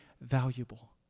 valuable